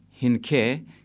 Hinke